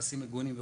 מעשים מגונים וכו',